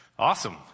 Awesome